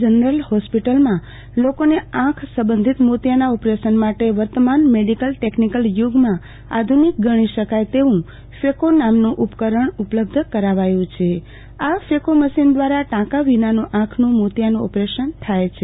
general હોસ્પિટલમાં લોકોની આંખ સબંધિત મોતિયાના ઓપરેશન માટે વર્તમાન મેડિકલ ટેકનિકલ યુ ગમાં આધુનિક ગણી શકાય તેવું ફેંકો નામનું ઉપકરણ ઉપલબ્ધ કરાવાયુ છે આ ફેકો મશીન દ્રારા ટાંકા વિનાનું આંખનું મોતિયાનું ઓપરેશન થાય છે